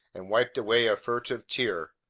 and wiped away a furtive tear,